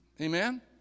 Amen